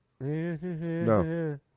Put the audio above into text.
No